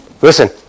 Listen